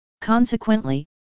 Consequently